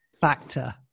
factor